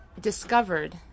discovered